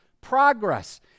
progress